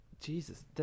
Jesus